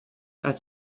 als